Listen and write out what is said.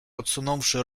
odsunąwszy